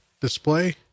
display